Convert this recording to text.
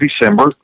December